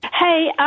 Hey